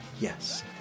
yes